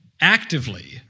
actively